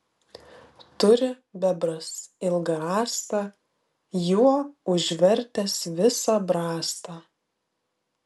turi bebras ilgą rąstą juo užvertęs visą brastą